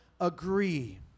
agree